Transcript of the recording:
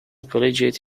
collegiate